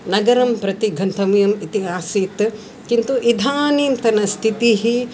नगरं प्रति गन्तव्यम् इति आसीत् किन्तु इदानीन्तन स्थितिः